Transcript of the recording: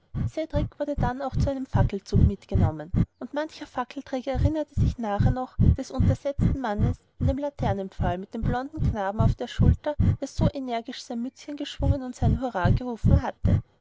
wurde dann auch zu einem fackelzug mitgenommen und mancher fackelträger erinnerte sich nachher noch des untersetzten mannes an dem laternenpfahl mit dem blonden knaben auf der schulter der so energisch sein mützchen geschwungen und sein hurra gerufen hatte